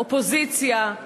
אופוזיציה,